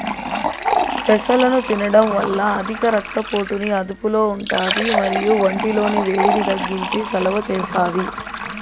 పెసలను తినడం వల్ల అధిక రక్త పోటుని అదుపులో ఉంటాది మరియు ఒంటి లోని వేడిని తగ్గించి సలువ చేస్తాది